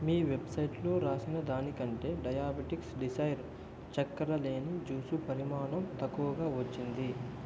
మీ వెబ్సైట్లో రాసినదానికంటే diabetics desire చక్కెర లేని జుస్సు పరిమాణం తక్కువగా వచ్చింది